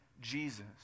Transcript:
Jesus